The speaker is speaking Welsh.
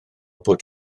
bod